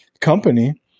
company